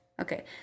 okay